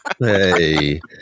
hey